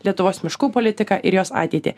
lietuvos miškų politiką ir jos ateitį